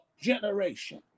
generation